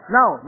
Now